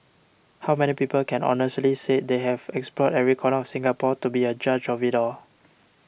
how many people can honestly say they have explored every corner of Singapore to be a judge of it all